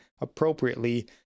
appropriately